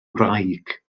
wraig